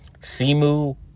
Simu